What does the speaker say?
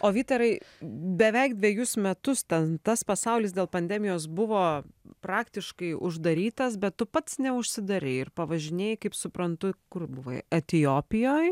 o vytarai beveik dvejus metus ten tas pasaulis dėl pandemijos buvo praktiškai uždarytas bet tu pats neužsidarei ir pavažinėjai kaip suprantu kur buvai etiopijoj